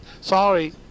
Sorry